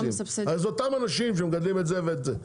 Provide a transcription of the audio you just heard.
זה אותם אנשים שמגדלים את זה ואת זה.